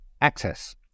access